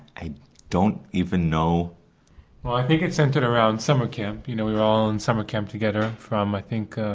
i don't even know well i think it centered around summer camp. you know, we were all in summer camp together, from i think like